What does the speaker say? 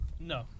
No